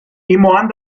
meine